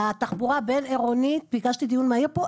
התחבורה הבין עירונית אין בכלל הנגשה וביקשתי דיון מהיר בעניין.